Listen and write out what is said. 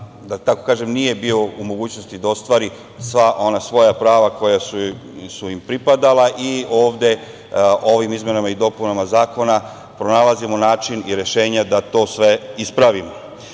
da tako kažem, nije bio u mogućnosti da ostvari sva ona svoja prava koja su im pripadala. Ovde ovim izmenama i dopunama zakona pronalazimo način i rešenje da to sve ispravimo. Naime,